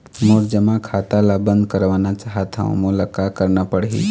मोर जमा खाता ला बंद करवाना चाहत हव मोला का करना पड़ही?